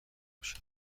میشن